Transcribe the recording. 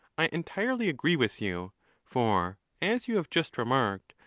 i entirely agree with you for as you have just remarked,